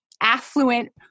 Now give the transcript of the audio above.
affluent